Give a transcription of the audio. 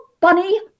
bunny